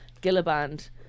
Gilliband